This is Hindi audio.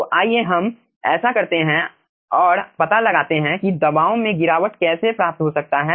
तो आइए हम ऐसा करते हैं और पता लगाते हैं कि दबाव में गिरावट कैसे प्राप्त हो सकता है